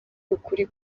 ukuri